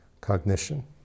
cognition